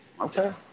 Okay